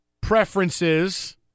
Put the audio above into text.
preferences